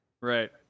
Right